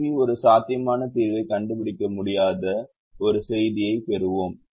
தீர்வி ஒரு சாத்தியமான தீர்வைக் கண்டுபிடிக்க முடியாத ஒரு செய்தியைப் பெறுவோம்